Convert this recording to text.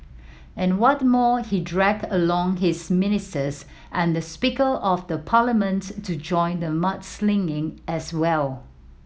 and what more he dragged along his ministers and the Speaker of the Parliament to join the mudslinging as well